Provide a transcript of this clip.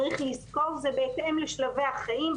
צריך לזכור, זה בהתאם לשלבי החיים.